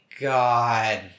god